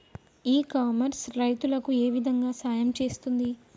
ఇ commerce రైతులకు ఏ విధంగా సహాయం చేస్తుంది?